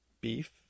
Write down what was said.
Beef